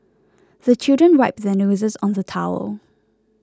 the children wipe their noses on the towel